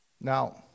Now